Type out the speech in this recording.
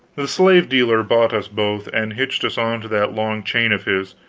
the slave-dealer bought us both, and hitched us onto that long chain of his,